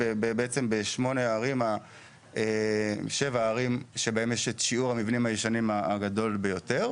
בשבע הערים שבהן יש את שיעור המבנים הישנים הגדול ביותר,